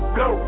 go